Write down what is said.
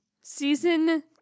season